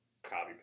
copy